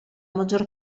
maggior